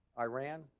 Iran